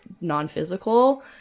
non-physical